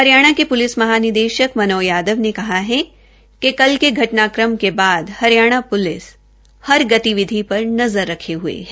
हरियाणा के पुलिस महानिदेशक मनोज यादव ने कहा है कि कल के घटनाक्रम के बाद हरियाणा पुलिस हर गतिविधि पर नज़र रखे हये है